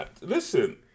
Listen